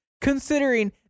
Considering